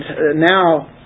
now